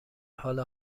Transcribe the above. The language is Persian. حال